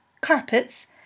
carpets